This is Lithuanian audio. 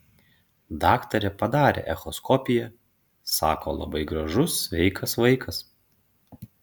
daktarė padarė echoskopiją sako labai gražus sveikas vaikas